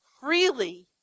freely